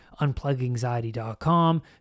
UnplugAnxiety.com